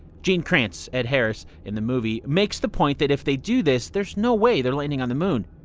gene kranz, ed harris in the movie, makes the point that if they do this there's no way they're landing on the moon.